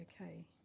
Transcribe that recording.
okay